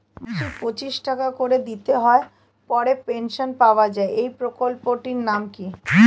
মাসিক পঁচিশ টাকা করে দিতে হয় পরে পেনশন পাওয়া যায় এই প্রকল্পে টির নাম কি?